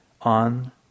on